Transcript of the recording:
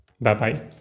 Bye-bye